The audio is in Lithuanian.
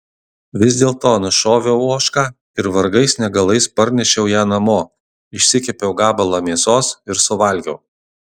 vis dėlto nušoviau ožką ir vargais negalais parnešiau ją namo išsikepiau gabalą mėsos ir suvalgiau